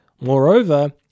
Moreover